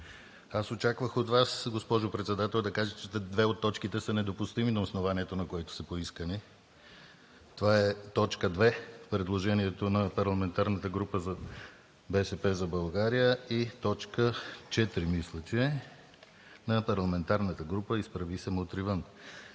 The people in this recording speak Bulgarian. Аз очаквах от Вас, госпожо Председател, да кажете, че две от точките са недопустими на основанието, на което са поискани. Това е т. 2 – предложението на парламентарната група на „БСП за България“, и т. 4 – на парламентарната група „Изправи се! Мутри